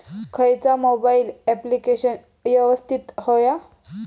खयचा mobile application यवस्तित होया?